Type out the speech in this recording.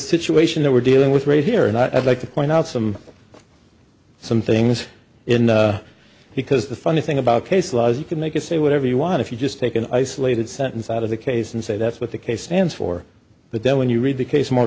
situation that we're dealing with race here and i'd like to point out some some things in because the funny thing about case law is you can make it say whatever you want if you just take an isolated sentence out of the case and say that's what the case stands for but then when you read the case more